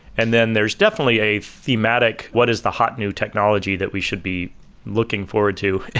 and then there's definitely a thematic what is the hot new technology that we should be looking forward to.